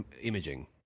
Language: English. imaging